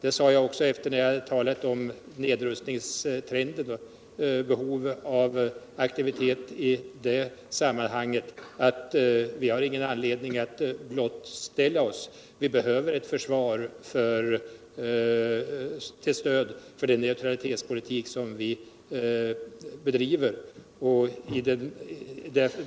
Efter att ha talat om det önskvärda i nedrustningstrenden och behovet av aktivite: i det sammanhanget, sade jag att vi inte har någon anledning att blottställa oss. Vi behöver ett försvar till stöd för den neutralitetspolitik som vi bedriver.